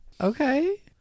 Okay